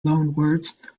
loanwords